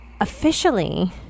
officially